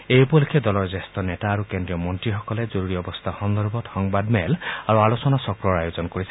এই উপলক্ষে দলৰ জ্যেষ্ঠ নেতা আৰু কেন্দ্ৰীয় মন্ত্ৰীসকলে জৰুৰী অৱস্থা সন্দৰ্ভত সংবাদমেল আৰু আলোচনাচক্ৰ আয়োজন কৰিছে